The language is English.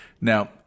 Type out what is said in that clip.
Now